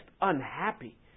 unhappy